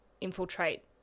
infiltrate